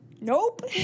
Nope